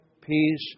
peace